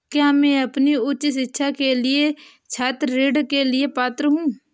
क्या मैं अपनी उच्च शिक्षा के लिए छात्र ऋण के लिए पात्र हूँ?